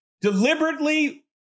deliberately